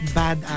bad